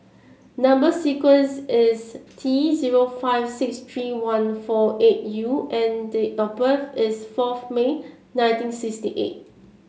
number sequence is T zero five six three one four eight U and date of birth is four May nineteen sixty eight